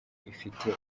ifite